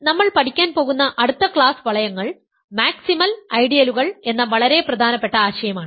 അതിനാൽ നമ്മൾ പഠിക്കാൻ പോകുന്ന അടുത്ത ക്ലാസ് വളയങ്ങൾ മാക്സിമൽ ഐഡിയലുകൾ എന്ന വളരെ പ്രധാനപ്പെട്ട ആശയമാണ്